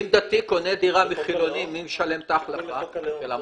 קונה דירה מחילוני, מי משלם את ההחלפה של המונה?